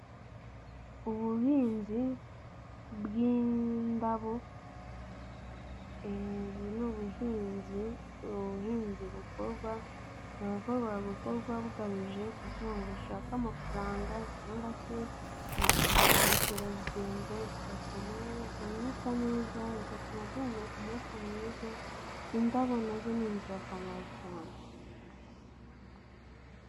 Ubuhinzi bw'indabo, ubu ni ubuhinzi, ubuhinzi bukorwa burakorwa gukorwa bugamije kugira ngo ushake amafaranga cyangwa se bigakurura ba mukerarugendo bigatuma ahantu hasa neza bigatuma duhumeka umwuka mwiza, indabo nazo ni ingirakamaro cyane.